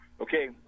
Okay